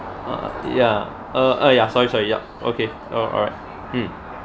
uh ya uh uh ya sorry sorry yup okay oh alright mm